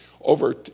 over